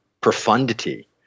profundity